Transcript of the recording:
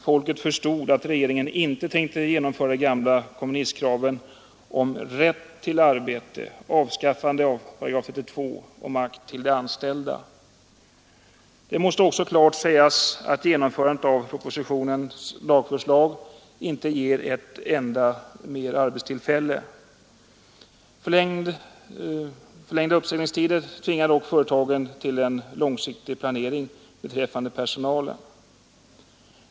Folket förstod att regeringen inte tänkte genomföra det gamla kommunistkravet på rätt till arbete, avskaffande av § 32 och makt till de anställda. Det måste också klart sägas att genomförandet av propositionens lagförslag inte ger ett enda ytterligare arbetstillfälle. Förlängda uppsägningstider tvingar dock företagen till en långsiktig planering beträffande personalen.